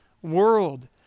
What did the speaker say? world